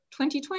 2020